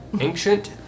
Ancient